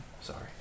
Sorry